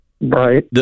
Right